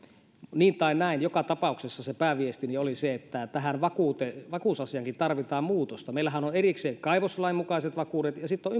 niin tai näin joka tapauksessa pääviestini oli se että tähän vakuusasiaankin tarvitaan muutosta meillähän on erikseen kaivoslain mukaiset vakuudet ja sitten on